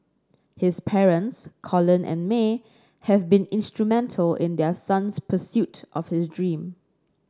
his parents Colin and May have been instrumental in their son's pursuit of his dream